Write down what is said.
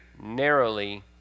narrowly